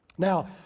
now,